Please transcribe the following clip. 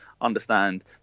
understand